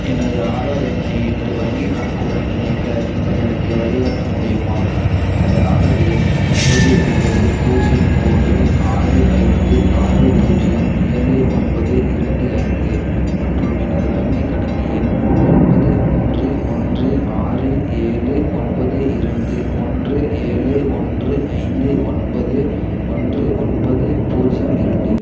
எனது ஆதார் எண்ணை எனது வங்கிக் கணக்குடன் இணைக்க நீங்கள் எனக்கு வழிகாட்ட முடியுமா எனது ஆதார் எண் ஒன்பது ஒன்பது பூஜ்ஜியம் மூன்று ஆறு ஐந்து ஆறு பூஜ்ஜியம் ஏழு ஒன்பது இரண்டு ஐந்து மற்றும் எனது வங்கிக் கணக்கு எண் ஒன்பது மூன்று ஒன்று ஆறு ஏழு ஒன்பது இரண்டு ஒன்று ஏழு ஒன்று ஐந்து ஒன்பது ஒன்று ஒன்பது பூஜ்ஜியம் இரண்டு